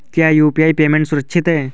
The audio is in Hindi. क्या यू.पी.आई पेमेंट सुरक्षित है?